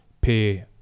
pay